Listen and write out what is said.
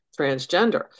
transgender